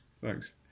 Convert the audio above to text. Thanks